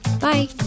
Bye